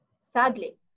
Sadly